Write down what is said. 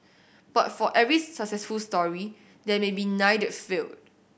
but for every successful story there may be nine that failed